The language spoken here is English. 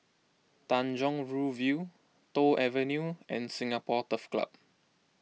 Tanjong Rhu View Toh Avenue and Singapore Turf Club